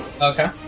Okay